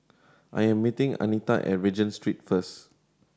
I am meeting Anita at Regent Street first